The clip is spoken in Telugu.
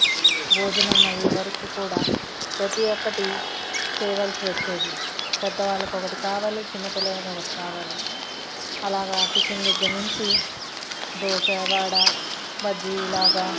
భోజనం అయ్యేవరకు కూడా ప్రతి ఒక్కటి చేయవలసి వచ్చేది పెద్ద వాళ్ళకు ఒకటి కావాలి చిన్న పిల్లలకు ఒకటి కావాలి అలాగా టిఫిన్ దగ్గర నుంచి దోశ వడ బజ్జీ ఇలాగ